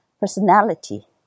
personality